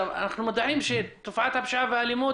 אנחנו מודעים לזה שתופעת הפשיעה והאלימות